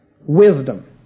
Wisdom